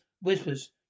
Whispers